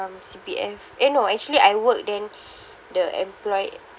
um C_P_F eh no actually I work then the employ~